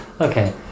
Okay